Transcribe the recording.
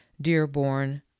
dearborn